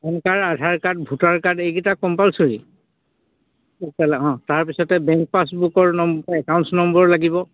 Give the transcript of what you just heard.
PAN card Aadhaar card voter card এইকিটা compulsory অঁ তাৰপিছতে বেংক পাছবুকৰ নম্বৰ বা একাউণ্টছ নম্বৰ লাগিব